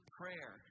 prayer